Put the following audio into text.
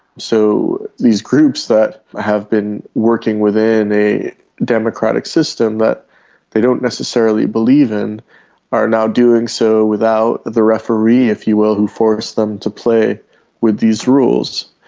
so these groups that have been working within a democratic system that they don't necessarily believe in are now doing so without the referee, if you will, who forced them to play with these rules.